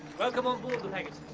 welcome on board the pegasus.